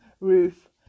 roof